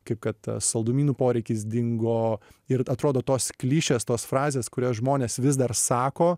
kaip kad saldumynų poreikis dingo ir atrodo tos klišės tos frazės kurias žmonės vis dar sako